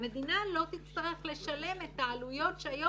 והמדינה לא תצטרך לשלם את העלויות שהיום